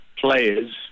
players